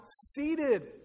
seated